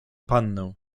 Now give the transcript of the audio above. pannę